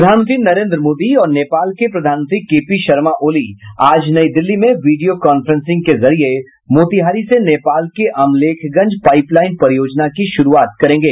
प्रधानमंत्री नरेंद्र मोदी और नेपाल के प्रधानमंत्री के पी शर्मा ओली आज नई दिल्ली में वीडियो कॉफ्रेंसिंग के जरिये मोतिहारी से नेपाल के अमलेखगंज पाईपलाईन परियोजना की शुरूआत करेंगे